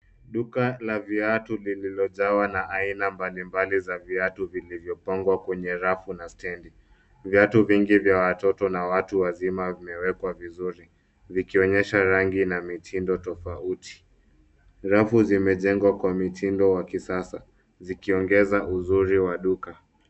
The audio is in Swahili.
Duka la viatu lililojawa na aina mbalimbali za viatu vilivyopangwa kwenye rafu na stendi .Viatu vingi vya watoto na watu wazima vimewekwa vizuri. Vikionyesha, rangi na mitindo tofauti. Rafu zimejengwa kwa mitindo wa kisasa ,zikuongeza uzuri wa duka .